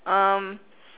um